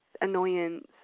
annoyance